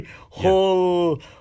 whole